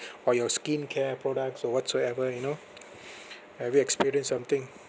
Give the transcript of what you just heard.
or your skincare products or whatsoever you know have you experienced something